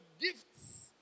gifts